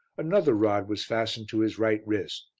another rod was fastened to his right wrist.